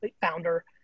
founder